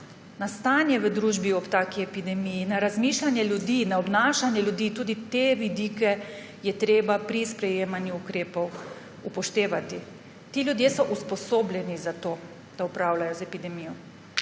na stanje v družbi ob taki epidemiji, na razmišljanje ljudi, na obnašanje ljudi, tudi te vidike je treba pri sprejemanju ukrepov upoštevati. Ti ljudje so usposobljeni za to, da upravljajo z epidemijo.